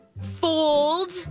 fold